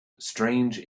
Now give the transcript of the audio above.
strange